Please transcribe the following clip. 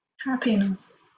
happiness